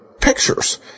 Pictures